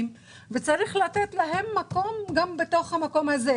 וצריך לתת להם מקום גם בתוך המקום הזה.